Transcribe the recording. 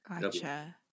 Gotcha